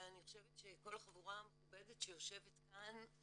ואני חושבת שכל החבורה המכובדת שיושבת כאן,